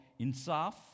Insaf